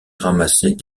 ramassaient